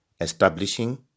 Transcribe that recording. establishing